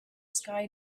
sky